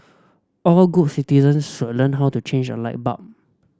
all good citizens should learn how to change a light bulb